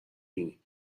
بینی